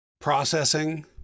processing